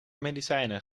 medicijnen